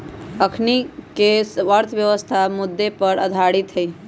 अखनीके अर्थव्यवस्था मुद्रे पर आधारित हइ